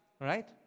right